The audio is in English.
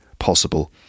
Possible